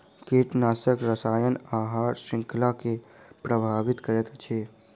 कीटनाशक रसायन आहार श्रृंखला के प्रभावित करैत अछि